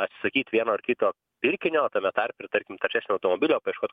atsisakyt vieno ar kito pirkinio tame tarpe ir tarkim taršesnio automobilio paieškot